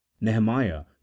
Nehemiah